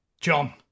John